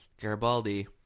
Garibaldi